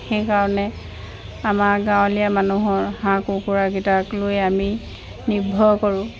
সেইকাৰণে আমাৰ গাঁৱলীয়া মানুহৰ হাঁহ কুকুৰাকেইটাক লৈ আমি নিৰ্ভৰ কৰোঁ